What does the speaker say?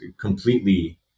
completely